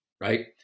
right